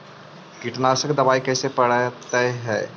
कीटनाशक दबाइ कैसे पड़तै है?